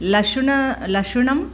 लशुनं लशुनम्